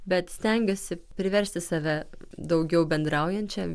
bet stengiuosi priversti save daugiau bendraujančia